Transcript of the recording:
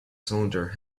cylinder